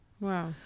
Wow